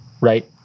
Right